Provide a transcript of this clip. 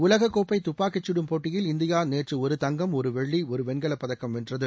உலக கோப்பை துப்பாக்கி சுடும் போட்டியில் இந்தியா நேற்று ஒரு தங்கம் ஒரு வெள்ளி ஒரு வெண்கலப்பதக்கம் வென்றது